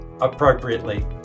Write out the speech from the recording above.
appropriately